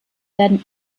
werden